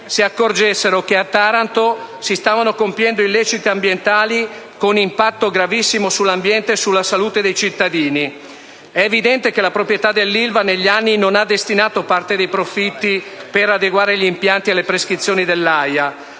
si accorgessero che a Taranto si stavano compiendo illeciti ambientali con impatto gravissimo sull'ambiente e sulla salute dei cittadini. È evidente che la proprietà dell'Ilva, negli anni, non ha destinato parte dei profitti per adeguare gli impianti alle prescrizioni dell'AIA,